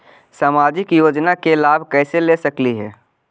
सामाजिक योजना के लाभ कैसे ले सकली हे?